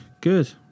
Good